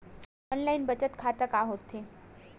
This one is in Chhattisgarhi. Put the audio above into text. ऑनलाइन बचत खाता का होथे?